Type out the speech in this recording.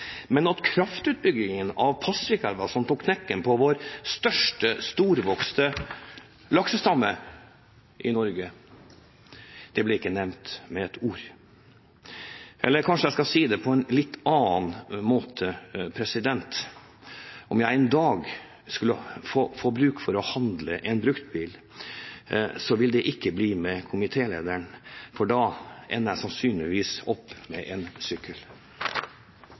Men kraftutbyggingen av Pasvikelva, som tok knekken på vår største storvokste laksestamme i Norge, ble ikke nevnt med et ord. Eller kanskje jeg skal si det på en litt annen måte: Om jeg en dag skulle få bruk for å handle en bruktbil, ville det ikke bli av komitélederen, for da ender jeg sannsynligvis opp med en sykkel.